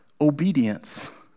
obedience